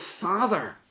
father